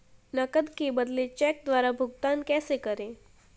नकद के बदले चेक द्वारा भुगतान कैसे करें?